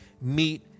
meet